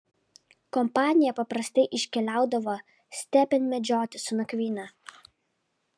kompanija paprastai iškeliaudavo stepėn medžioti su nakvyne